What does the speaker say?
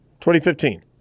2015